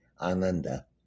Ananda